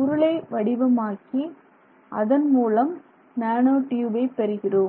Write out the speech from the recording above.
உருளை வடிவமாக்கி அதன்மூலம் நானோ டியூபை பெறுகிறோம்